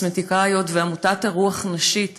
וכשמנכ"לית משרד המשפטים